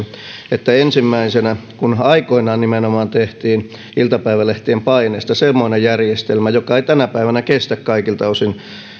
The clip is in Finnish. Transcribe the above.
että kun aikoinaan nimenomaan tehtiin iltapäivälehtien paineesta semmoinen järjestelmä joka ei tänä päivänä kestä kaikilta osin